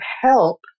help